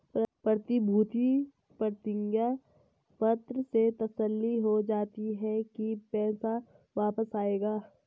प्रतिभूति प्रतिज्ञा पत्र से तसल्ली हो जाती है की पैसा वापस आएगा